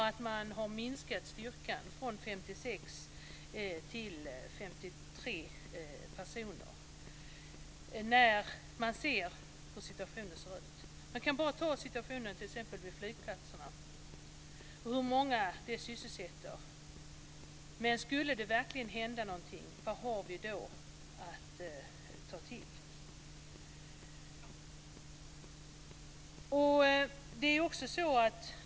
Styrkan har minskats från 56 till 53 personer, trots att man ser hur situationen ser ut. Vi kan se på situationen vid flygplatserna och hur många som sysselsätts där. Men om det verkligen skulle hända någonting, vad har vi då att ta till?